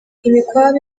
imikwabu